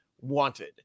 wanted